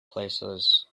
places